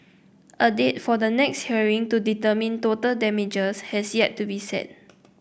a date for the next hearing to determine total damages has yet to be set